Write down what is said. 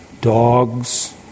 dogs